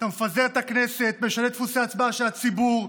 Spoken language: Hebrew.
אתה מפזר את הכנסת, משנה דפוסי הצבעה של הציבור.